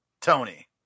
Tony